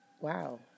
Wow